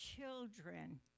children